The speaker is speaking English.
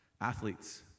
athletes